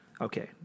Okay